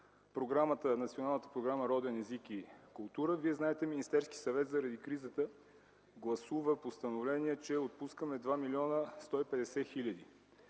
Националната програма „Роден език и култура”, вие знаете, Министерският съвет заради кризата гласува постановление, че отпускаме 2 млн. 150 хиляди.